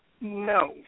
No